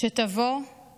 "כשתבוא /